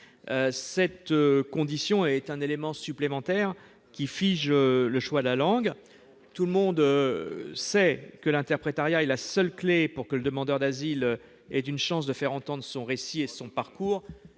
Cette condition est un élément supplémentaire qui fige le choix de la langue. Tout le monde le sait, l'interprétariat est la seule clé pour que le demandeur d'asile ait une chance de faire entendre son récit et son parcours,